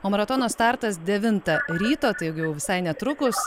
o maratono startas devintą ryto taigi jau visai netrukus